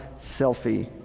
selfie